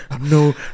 No